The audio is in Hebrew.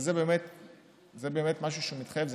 וזה באמת משהו שמתחייב,